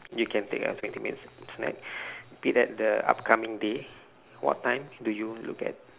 you can take a fifteen minute sneak peek at the upcoming day what time do you look at